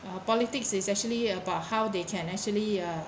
politics is actually about how they can actually uh